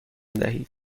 دهید